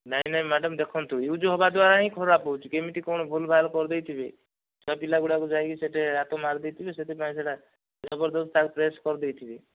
ନାହିଁ ନାହିଁ ମ୍ୟାଡାମ ଦେଖନ୍ତୁ ୟୁଜ ହେବା ଦ୍ଵାରା ହିଁ ଖରାପ ହେଉଛି କେମିତି କଣ ଭୁଲ ଭାଲ କରିଦେଇଥିବେ ଛୁଆପିଲା ଗୁଡ଼ାକ ଯାଇକି ସେଇଠେ ହାତ ମାରି ଦେଇଥିବେ ସେଥିପାଇଁ ସେଇଟା ଜବରଦସ୍ତ ତାକୁ ପ୍ରେସ କରିଦେଇଥିବେ